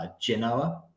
Genoa